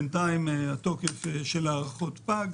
בינתיים התוקף של הארכה פג.